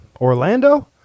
Orlando